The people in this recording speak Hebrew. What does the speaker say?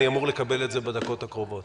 אני אמור לקבל את זה בדקות הקרובות